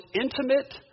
intimate